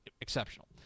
exceptional